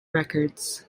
records